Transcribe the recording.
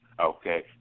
okay